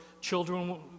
children